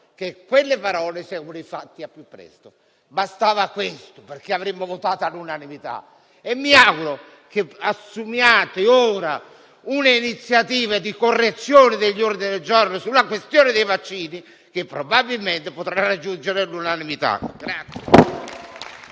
che alle parole seguano i fatti al più presto. Bastava questo perché votassimo all'unanimità. Mi auguro che assumiate ora un'iniziativa di correzione degli ordini del giorno sulla questione vaccini, che probabilmente potrà raggiungere l'unanimità.